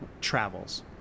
travels